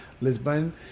Lisbon